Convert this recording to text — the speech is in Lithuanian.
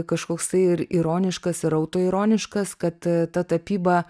kažkoksai ir ironiškas ir autoironiškas kad ta tapyba